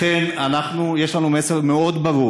לכן, יש לנו מסר ברור מאוד: